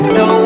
no